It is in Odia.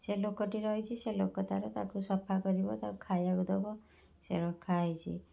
ସେ ଲୋକଟି ରହିଛି ସେ ଲୋକ ତାର ତାକୁ ସଫା କରିବ ତାକୁ ଖାଇବାକୁ ଦେବ ସିଏ ରଖା ହେଇଛି